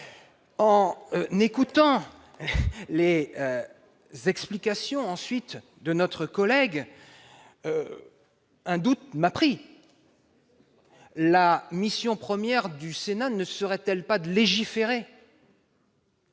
En écoutant les explications de notre collègue, un doute m'a pris : la mission première du Sénat n'est-elle pas de légiférer ?